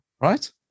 right